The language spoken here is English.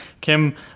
Kim